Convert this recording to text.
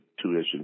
tuition